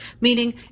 Meaning